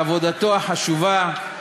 על עבודתו החשובה,